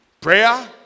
Prayer